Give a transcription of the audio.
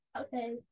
Okay